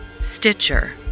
Stitcher